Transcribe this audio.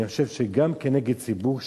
אני חושב שגם כנגד ציבור שלם,